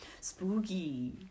spooky